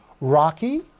Rocky